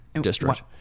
district